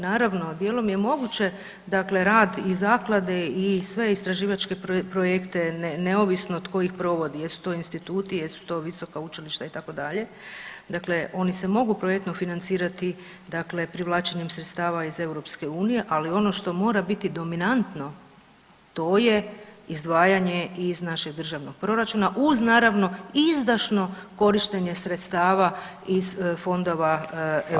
Naravno dijelom je moguće dakle rad i zaklade i sve istraživačke projekte neovisno tko ih provodi jesu to instituti, jesu to visoka učilišta itd., dakle oni se mogu projektno financirati dakle privlačenjem sredstava iz EU, ali ono što mora biti dominantno to je izdvajanje iz našeg državnog proračuna uz naravno izdašno korištenje sredstava iz fondova EU.